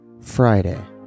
Friday